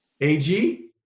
AG